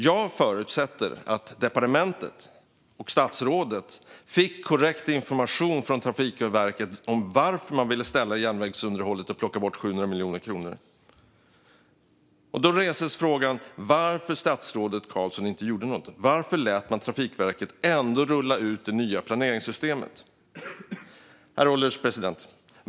Jag förutsätter att departementet och statsrådet fick korrekt information från Trafikverket om varför man ville ställa järnvägsunderhållet och plocka bort 700 miljoner kronor. Då reses frågan varför statsrådet Carlson inte gjorde något och varför man lät Trafikverket rulla ut det nya planeringssystemet. Herr ålderspresident!